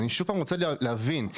ואני שוב רוצה להבין.